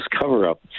cover-up